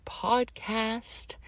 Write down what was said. podcast